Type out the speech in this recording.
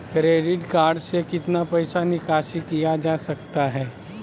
Credit card से कितना पैसा निकासी किया जा सकता है?